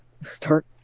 start